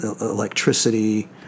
electricity